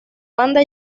banda